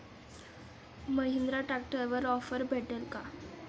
महिंद्रा ट्रॅक्टरवर ऑफर भेटेल का?